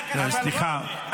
פשוטה,